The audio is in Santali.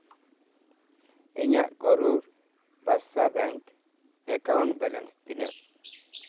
ᱤᱧᱟᱜ ᱠᱟᱨᱩᱨ ᱵᱮᱥᱥᱟ ᱵᱮᱝᱠ ᱮᱠᱟᱣᱩᱱᱴ ᱵᱮᱞᱮᱱᱥ ᱛᱤᱱᱟᱹᱜ